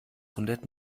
hundert